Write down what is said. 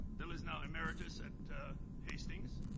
bill is now emeritus at hastings.